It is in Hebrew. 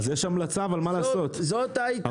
יש המלצה מה לעשות.